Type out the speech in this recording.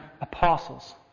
Apostles